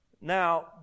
Now